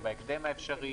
או בהקדם האפשרי.